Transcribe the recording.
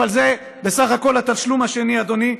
אבל זה בסך הכול התשלום השני, אדוני.